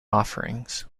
offerings